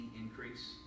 increase